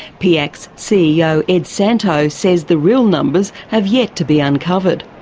piac's ceo ed santow says the real numbers have yet to be uncovered.